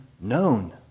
known